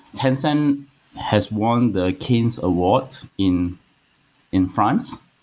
tencent has won the cannes award in in france,